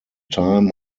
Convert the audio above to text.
time